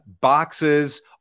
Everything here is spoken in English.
boxes